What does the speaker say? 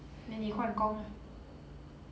then 你换工 lah